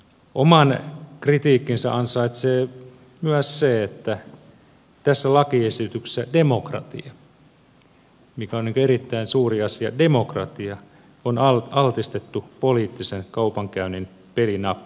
oman kritiikkinsä ansaitsee myös se että tässä lakiesityksessä demokratia mikä on erittäin suuri asia on altistettu poliittisen kaupankäynnin pelinappulaksi